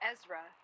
Ezra